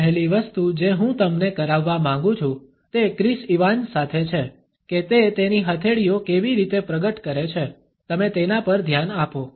પહેલી વસ્તુ જે હું તમને કરાવવા માંગું છું તે ક્રિસ ઇવાન્સ સાથે છે કે તે તેની હથેળીઓ કેવી રીતે પ્રગટ કરે છે તમે તેના પર ધ્યાન આપો